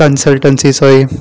कनस्लटिंचो